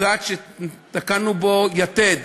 צעד שתקענו בו יתד,